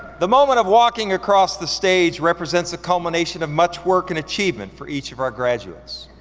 the moment of walking across the stage represents a culmination of much work and achievement for each of our graduates.